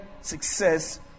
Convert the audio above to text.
success